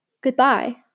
goodbye